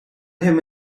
him